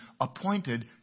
appointed